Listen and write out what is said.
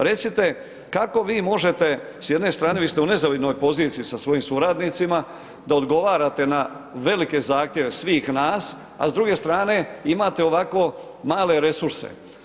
Recite, kako vi možete s jedne strane, vi ste u nezavidnoj poziciji sa svojim suradnicima, da odgovarate na velike zahtjeve svih nas, a s druge strane, imate ovako male resurse.